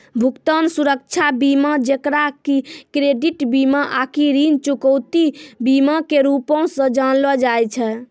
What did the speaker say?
भुगतान सुरक्षा बीमा जेकरा कि क्रेडिट बीमा आकि ऋण चुकौती बीमा के रूपो से जानलो जाय छै